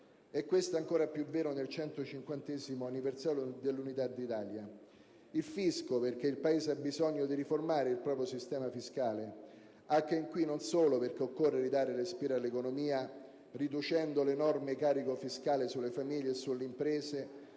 e questo è ancora più vero nel 150° anniversario dell'Unità d'Italia. In secondo luogo, il fisco, perché il Paese ha bisogno di riformare il proprio sistema fiscale, anche qui non solo perché occorre ridare respiro all'economia riducendo l'enorme carico fiscale sulle famiglie e sulle imprese,